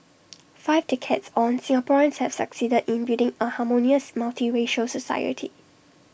five decades on Singaporeans have succeeded in building A harmonious multiracial society